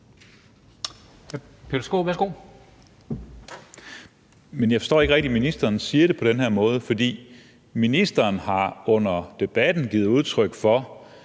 Men jeg forstår ikke rigtig, at ministeren siger det på den her måde, for ministeren har under debatten givet udtryk for,